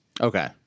Okay